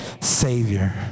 Savior